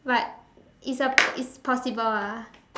but it's a it's possible ah